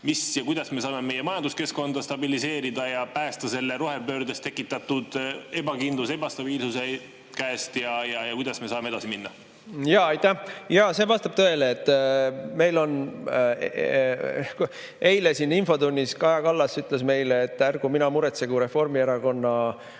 juhtima? Kuidas me saame meie majanduskeskkonda stabiliseerida ja päästa selle rohepöördest tekitatud ebakindluse, ebastabiilsuse käest? Ja kuidas me saame edasi minna? Jaa, aitäh! Jaa, see vastab tõele. Eile siin infotunnis Kaja Kallas ütles meile, et ärgu mina muretsegu Reformierakonna